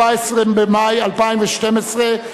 14 במאי 2012,